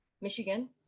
Michigan